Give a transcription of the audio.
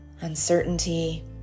uncertainty